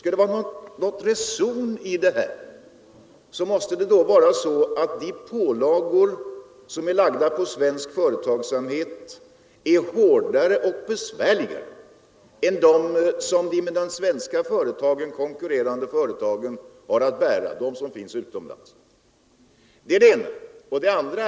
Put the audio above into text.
Skall det vara någon reson i detta, måste för det första de pålagor som är lagda på svensk företagsamhet vara hårdare och besvärligare än de som de med de svenska företagen konkurrerande företagen utomlands har att bära.